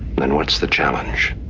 then what's the challenge?